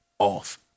off